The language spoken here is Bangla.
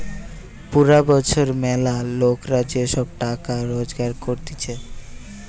পুরা বছর ম্যালা লোকরা যে সব টাকা রোজগার করতিছে